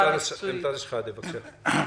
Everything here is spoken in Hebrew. מקצועית לשכירים.